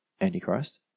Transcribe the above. Antichrist